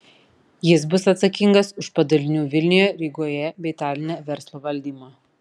jis bus atsakingas už padalinių vilniuje rygoje bei taline verslo valdymą